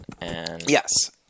Yes